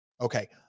Okay